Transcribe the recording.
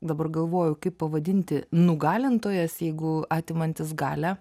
dabar galvoju kaip pavadinti nugalintojas jeigu atimantis galią